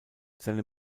seine